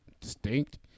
distinct